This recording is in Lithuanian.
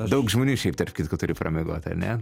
daug žmonių šiaip tarp kitko turi pramiegot ar ne